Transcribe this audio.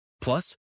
Plus